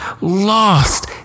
lost